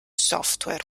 software